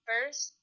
first